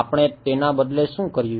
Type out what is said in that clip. આપણે તેના બદલે શું કર્યું